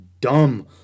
dumb